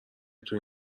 توی